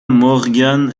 morgan